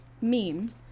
meme